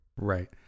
Right